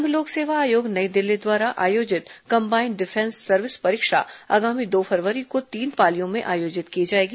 संघ लोक सेवा आयोग नई दिल्ली द्वारा आयोजित कम्बाईण्ड डिफेन्स सर्विस परीक्षा आगामी दो फरवरी को तीन पालियों में आयोजित की जाएगी